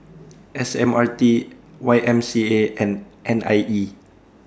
S M R T Y M C A and N I E